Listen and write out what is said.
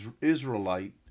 Israelite